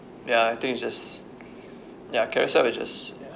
ya I think it's just ya carousell is just ya